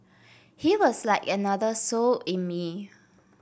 he was like another soul in me